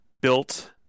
built